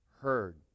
heard